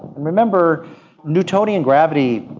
remember newtonian gravity,